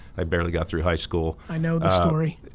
i barely got through high school. i know the story.